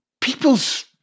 people's